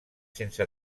sense